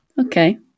Okay